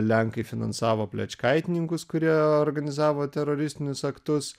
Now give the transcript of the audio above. lenkai finansavo plečkaitininkus kurie organizavo teroristinius aktus